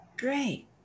Great